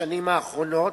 בשנים האחרונות,